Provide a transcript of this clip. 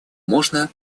можно